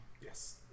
Yes